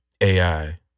AI